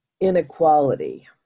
inequality